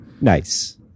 Nice